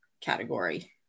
category